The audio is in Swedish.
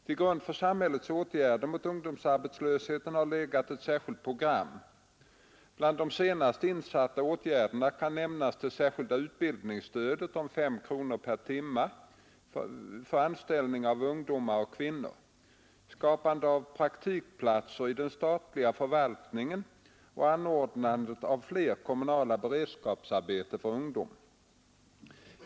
Till grund för samhällets åtgärder mot ungdomsarbetslösheten har legat ett särskilt program. Bland de senast insatta åtgärderna kan nämnas det särskilda utbildningsstödet om 5 kronor per timme för anställning av ungdomar och kvinnor, skapandet av praktikplatser i den statliga förvaltningen och anordnandet av fler kommunala beredskapsarbeten för ungdom.